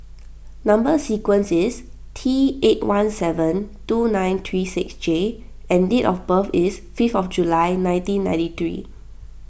Number Sequence is T eight one seven two nine three six J and date of birth is five July nineteen ninety three